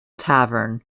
tavern